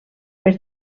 per